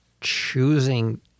choosing